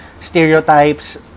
stereotypes